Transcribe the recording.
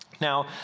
Now